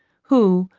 who,